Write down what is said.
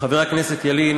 חבר הכנסת ילין,